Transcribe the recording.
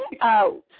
out